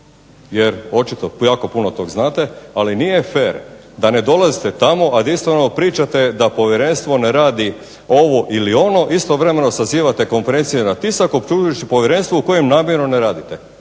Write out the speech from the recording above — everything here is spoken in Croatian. jer očito jako puno tog znate, ali nije fer da ne dolazite tamo, a da istovremeno pričate da povjerenstvo ne radi ovo ili ono, istovremeno sazivate konferencije na tisak optuživši povjerenstvo u kojem namjerno ne radite.